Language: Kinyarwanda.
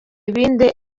ibindi